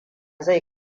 zai